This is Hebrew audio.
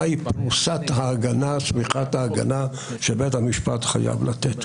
מהי שמיכת ההגנה שבית המשפט חייב לתת.